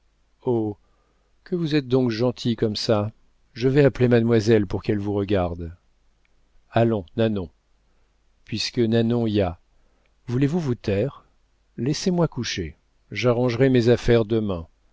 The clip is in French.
oh que vous êtes donc gentil comme ça je vais appeler mademoiselle pour qu'elle vous regarde allons nanon puisque nanon y a voulez-vous vous taire laissez-moi coucher j'arrangerai mes affaires demain